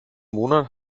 monat